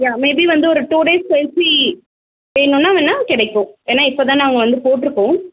யா maybe வந்து ஒரு two days கழித்து வேணும்னா வேணால் கிடைக்கும் ஏன்னால் இப்போ தான் நாங்கள் வந்து போட்டுருக்கோம்